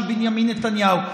של בנימין נתניהו,